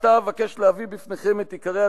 ראינו בכך חובה,